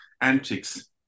antics